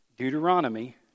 Deuteronomy